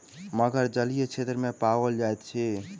मगर जलीय क्षेत्र में पाओल जाइत अछि